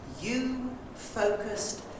you-focused